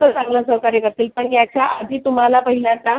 असं चांगलं सहकार्य करतील पण याच्या आधी तुम्हाला पहिल्यांदा